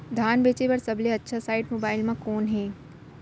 धान बेचे बर सबले अच्छा साइट मोबाइल म कोन हे?